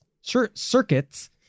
circuits